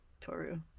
Toru